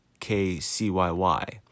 KCYY